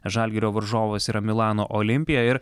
žalgirio varžovas yra milano olimpija ir